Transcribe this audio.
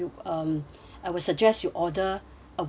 I will suggest you order a week later